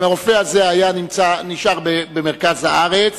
אם הרופא הזה היה נשאר במרכז הארץ,